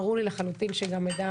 ברור לי לחלוטין שנדע